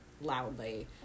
loudly